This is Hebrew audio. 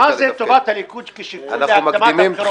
מה זה "טובת הליכוד" כשיקול להקדמת הבחירות?